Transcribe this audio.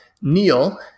neil